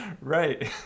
right